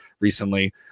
recently